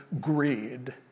greed